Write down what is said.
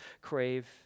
crave